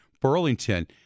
Burlington